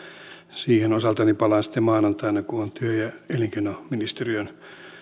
siihen osaltani palaan sitten maanantaina kun on työ ja elinkeinoministeriön